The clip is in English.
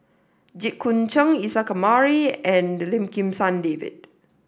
Jit Koon Ch'ng Isa Kamari and Lim Kim San David